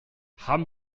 haben